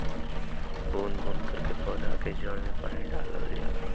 बूंद बूंद करके पौधा के जड़ में पानी डालल जाला